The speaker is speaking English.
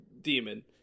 demon